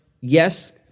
yes